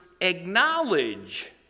acknowledge